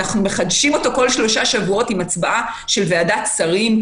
אנחנו מחדשים אותו כל שלושה שבועות עם הצבעה של ועדת שרים,